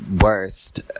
worst